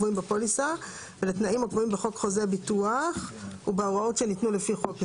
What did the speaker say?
בפוליסה ולתנאים הקבועים בחוק חוזה ביטוח ובהוראות שניתנו לפי חוק זה.